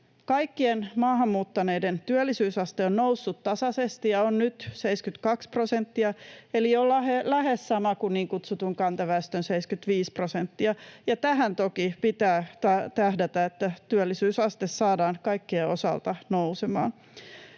Kaikkien maahanmuuttaneiden työllisyysaste on noussut tasaisesti ja on nyt 72 prosenttia, eli on lähes sama kuin niin kutsutun kantaväestön 75 prosenttia, ja tähän toki pitää tähdätä, että työllisyysaste saadaan kaikkien osalta nousemaan.